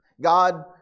god